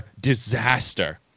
disaster